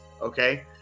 Okay